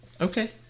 Okay